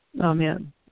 Amen